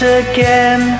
again